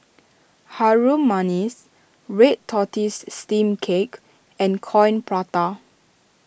Harum Manis Red Tortoise Steamed Cake and Coin Prata